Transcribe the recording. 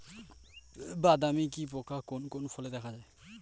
বাদামি কি পোকা কোন কোন ফলে দেখা যায়?